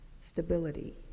stability